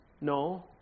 No